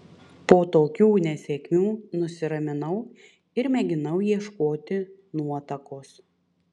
po tokių nesėkmių nusiraminau ir mėginau ieškoti nuotakos